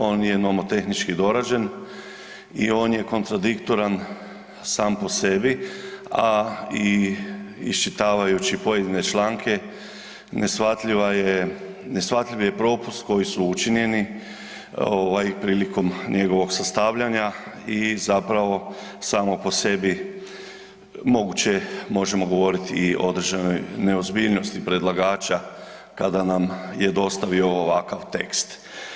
On je nomotehnički dorađen i on je kontradiktoran sam po sebi, a i iščitavajući pojedine članke neshvatljiva je, neshvatljiv je propust koji su učinjeni prilikom njegovog sastavljanja i zapravo samo po sebi moguće možemo govoriti i određenoj neozbiljnosti predlagača kada nam je dostavio ovakav tekst.